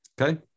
Okay